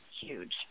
huge